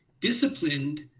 disciplined